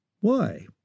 Why